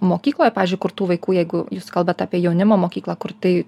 mokykloje pavyzdžiui kur tų vaikų jeigu jūs kalbat apie jaunimo mokyklą kur tai